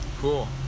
Cool